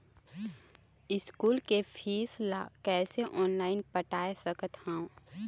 School के fees ला कैसे ऑनलाइन पटाए सकत हव?